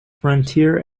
frontier